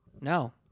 No